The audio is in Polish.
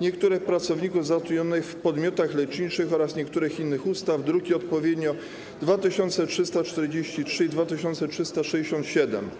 niektórych pracowników zatrudnionych w podmiotach leczniczych oraz niektórych innych ustaw, druki nr 2343 i 2367.